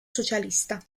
socialista